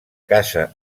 casa